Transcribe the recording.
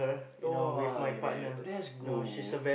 !wah! you very that's good